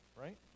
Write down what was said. right